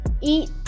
Eat